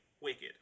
Wicked